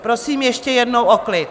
Prosím ještě jednou o klid.